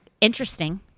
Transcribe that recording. interesting